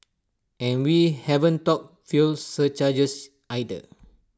and we haven't talked fuel surcharges either